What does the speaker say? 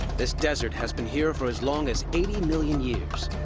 this desert has been here for as long as eighty million years.